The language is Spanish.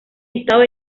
listado